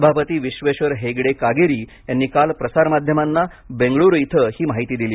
सभापती विश्वेश्वर हेगडे कागेरी यांनी काल प्रसारमाध्यमांना बेंगळ्रू इथं ही माहिती दिली